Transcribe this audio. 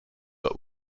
but